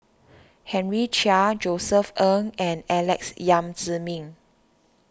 Henry Chia Josef Ng and Alex Yam Ziming